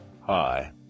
Hi